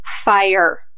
fire